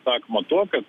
sakoma tuo kad